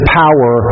power